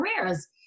careers